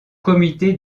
comité